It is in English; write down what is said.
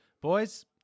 Boys